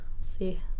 see